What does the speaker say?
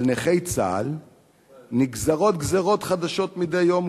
על נכי צה"ל נגזרות גזירות חדשות מדי יום",